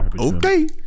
okay